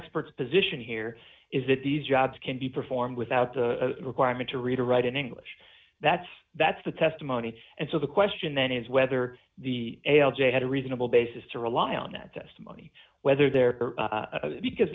experts position here is that these jobs can be performed without the requirement to read or write in english that's that's the testimony and so the question then is whether the l j had a reasonable basis to rely on that test whether there because